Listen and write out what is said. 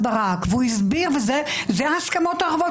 שלא רואה את האזרחים